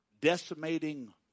decimating